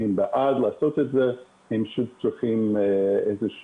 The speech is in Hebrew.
הם בעד לעשות את זה אבל הם צריכים איזושהי